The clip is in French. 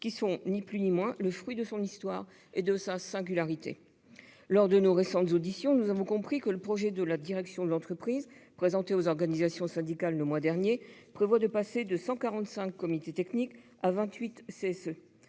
qui sont le fruit de l'histoire et de la singularité de cette entreprise. Lors de nos récentes auditions, nous avons compris que le projet de la direction de l'entreprise, présenté aux organisations syndicales le mois dernier, prévoit de passer de 145 comités techniques à 28 CSE